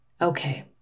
okay